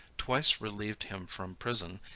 twice relieved him from prison,